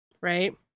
Right